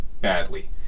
badly